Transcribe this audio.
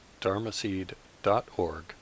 dharmaseed.org